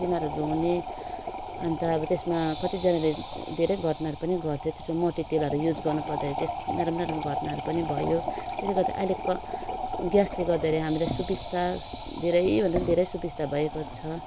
बिमारहरू हुने अन्त अब त्यसमा कतिजानाले धेरै घटनाहरू पनि घट्थ्यो त्यसमा मट्टीलतेलहरू युज गर्नुपर्दाखेरि त्यस नराम्रो नराम्रो घटनाहरू पनि भयो त्यसले गर्दा अहिले क् ग्यासले गर्दाखेरि हामीलाई सुबिस्ता धेरै भन्दा नि धेरै सुबिस्ता भएको छ